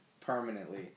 permanently